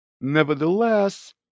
Nevertheless